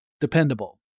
dependable